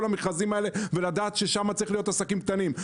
המכרזים האלה ולדעת ששם צריך להיות עסקים קטנים?